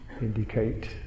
indicate